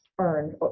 earned